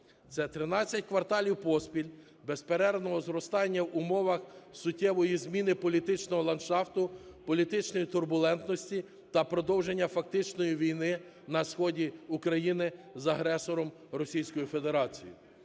кварталів поспіль безперервного зростання в умовах суттєвої зміни політичного ландшафту, політичної турбулентності та продовження фактичної війни на сході України з агресором – Російською Федерацією.